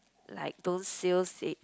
like those sales ag~